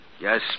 Yes